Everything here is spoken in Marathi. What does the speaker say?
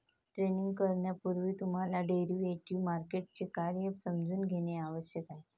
ट्रेडिंग करण्यापूर्वी तुम्हाला डेरिव्हेटिव्ह मार्केटचे कार्य समजून घेणे आवश्यक आहे